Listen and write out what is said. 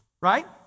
right